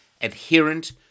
adherent